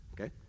Okay